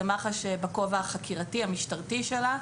זה מח"ש בכובע החקירתי-המשטרתי שלה.